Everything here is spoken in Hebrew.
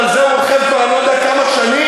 על זה הוא אוכל אני לא יודע כבר כמה שנים?